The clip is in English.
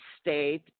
state